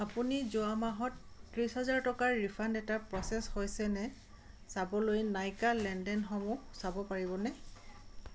আপুনি যোৱা মাহত ত্ৰিছ হাজাৰ টকাৰ ৰিফাণ্ড এটা প্ৰ'চেছ হৈছে নে চাবলৈ নাইকা লেনদেনসমূহ চাব পাৰিবনে